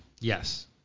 Yes